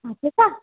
हा ठीकु आहे